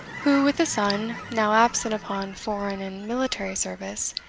who, with a son, now absent upon foreign and military service,